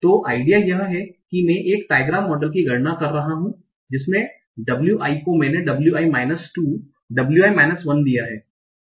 तो विचार यह है कि मैं एक ट्राईग्राम मॉडल की गणना कर रहा हूं जिसमें wi को मैंने wi माइनस 2 wi माइनस 1 दिया है